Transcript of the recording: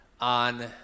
on